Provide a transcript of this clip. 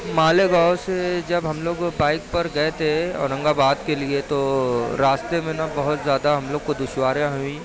مالیگاؤں سے جب ہم لوگ بائک پر گئے تھے اورنگ آباد کے لیے تو راستے میں نا بہت زیادہ ہم لوگ کو بہت دشواریاں ہوئیں